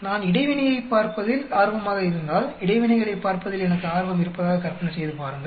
நான் இடைவினையைப் பார்ப்பதில் ஆர்வமாக இருந்தால் இடைவினைகளைப் பார்ப்பதில் எனக்கு ஆர்வம் இருப்பதாக கற்பனை செய்து பாருங்கள்